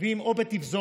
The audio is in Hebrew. מביאים או בתפזורת